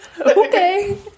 Okay